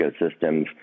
ecosystems